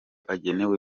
agenewe